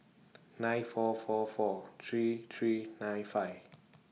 nine four four four three three nine five